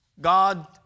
God